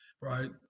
right